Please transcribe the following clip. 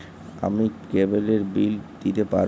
আমি কেবলের বিল দিতে পারবো?